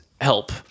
help